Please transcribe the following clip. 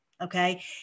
okay